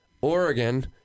Oregon